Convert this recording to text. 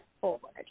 forward